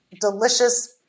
delicious